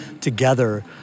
together